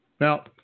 Now